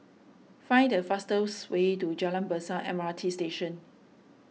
find the fastest way to Jalan Besar M R T Station